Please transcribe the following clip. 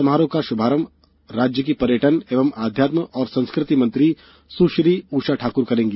समारोह का शुभारंभ राज्य की पर्यटन एवं अध्यात्म और संस्कृति मंत्री सुश्री उषा ठाकुर करेगी